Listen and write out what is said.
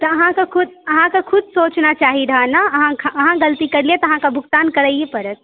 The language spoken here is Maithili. अहाँकेॅं खुद सोचना चाही रहय ने अहाँ गलती करलियै तऽ अहाँकेॅं भुगतान करैये पड़त